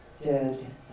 dead